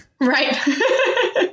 Right